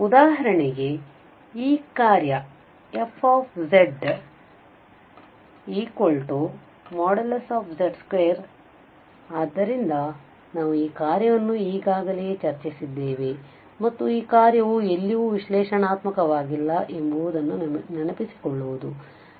ಉದಾಹರಣೆಗಾಗಿ ಈ ಕಾರ್ಯ fzz2 ಆದ್ದರಿಂದ ನಾವು ಈ ಕಾರ್ಯವನ್ನು ಈಗಾಗಲೇ ಚರ್ಚಿಸಿದ್ದೇವೆ ಮತ್ತು ಈ ಕಾರ್ಯವು ಎಲ್ಲಿಯೂ ವಿಶ್ಲೇಷಣಾತ್ಮಕವಾಗಿಲ್ಲ ಎಂಬುದನ್ನು ನೆನಪಿಸಿಕೊಳ್ಳುವುದು